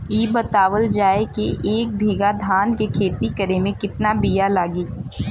इ बतावल जाए के एक बिघा धान के खेती करेमे कितना बिया लागि?